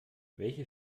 welche